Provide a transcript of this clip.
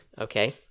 Okay